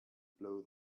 blow